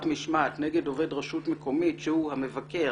משמעת נגד עובד רשות מקומית שהוא המבקר,